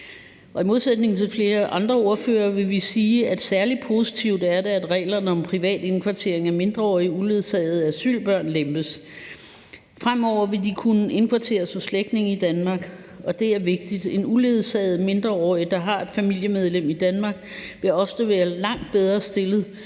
I modsætning til flere andre ordførere vil vi sige, at særlig positivt er det, at reglerne om privat indkvartering af mindreårige uledsagede asylbørn lempes. Fremover vil de kunne indkvarteres hos slægtninge i Danmark, og det er vigtigt. En uledsaget mindreårig, der har et familiemedlem i Danmark, vil ofte være langt bedre stillet